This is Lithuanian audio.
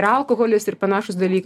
ir alkoholis ir panašūs dalykai